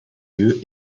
lieu